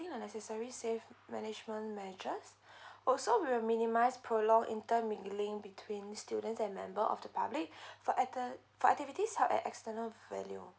the necessary safe management measures also we'll minimise prolong intermingling between students and member of the public for acti~ for activities held at external venue